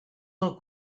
del